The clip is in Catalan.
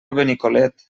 benicolet